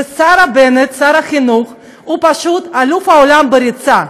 והשר בנט, שר החינוך, הוא פשוט אלוף העולם בריצה: